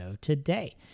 today